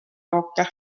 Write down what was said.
jooke